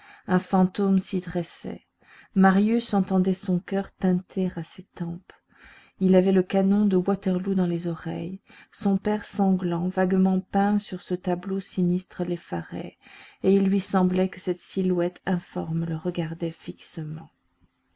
un fantôme s'y dressait marius entendait son coeur tinter à ses tempes il avait le canon de waterloo dans les oreilles son père sanglant vaguement peint sur ce panneau sinistre l'effarait et il lui semblait que cette silhouette informe le regardait fixement